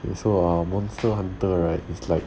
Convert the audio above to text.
okay so ah monster hunter right is like